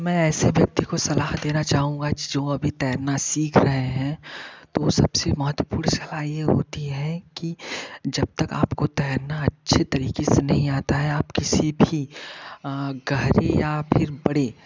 मैं ऐसे व्यक्ति को सलाह देना चाहूँगा जो अभी तैरना सीख रहे हैं तो सबसे महत्वपूर्ण सलाह ये होती है कि जब तक आपको तैरना अच्छे तरीके से नहीं आता है किसी भी गहरी या फिर बड़े